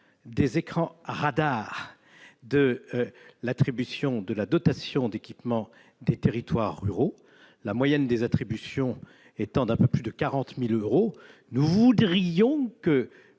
des écrans radars de la dotation d'équipement des territoires ruraux, dont la moyenne des attributions atteint un peu plus de 40 000 euros. Nous voudrions que